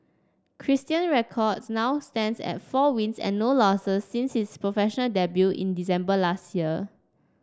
Christian's record now stands at four wins and no losses since his professional debut in December last year